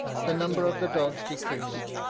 the number of the dogs decreased,